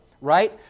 right